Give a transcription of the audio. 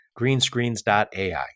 greenscreens.ai